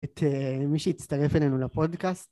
את מי שהצטרף אלינו לפודקאסט